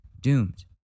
doomed